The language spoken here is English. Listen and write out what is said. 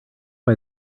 why